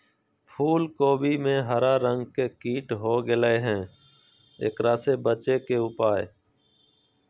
फूल कोबी में हरा रंग के कीट हो गेलै हैं, एकरा से बचे के उपाय?